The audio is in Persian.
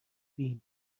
فین